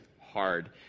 hard